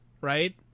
Right